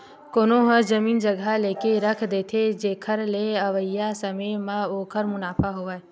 कोनो ह जमीन जघा लेके रख देथे, जेखर ले अवइया समे म ओखर मुनाफा होवय